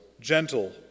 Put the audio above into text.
gentle